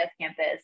campus